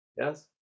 yes